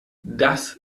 das